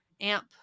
amp